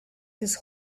his